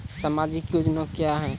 समाजिक योजना क्या हैं?